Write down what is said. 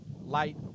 Light